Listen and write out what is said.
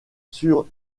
sur